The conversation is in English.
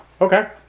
Okay